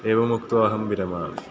एवमक्त्वा अहं विरमामि